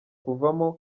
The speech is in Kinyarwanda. kuvamo